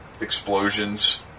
explosions